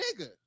nigga